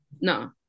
No